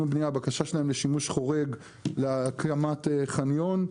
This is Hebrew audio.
ובנייה הבקשה שלהם לשימוש חורג להקמת חניון.